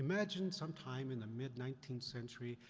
imagine sometime in the mid nineteenth century,